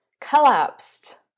collapsed